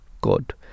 God